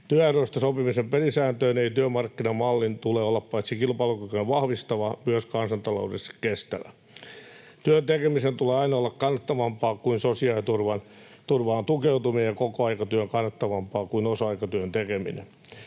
Työehdoista sopimisen pelisääntöjen eli työmarkkinamallin tulee olla paitsi kilpailukykyä vahvistava myös kansantaloudellisesti kestävä. Työn tekemisen tulee aina olla kannattavampaa kuin sosiaaliturvaan tukeutuminen ja kokoaikatyön kannattavampaa kuin osa-aikatyön tekeminen.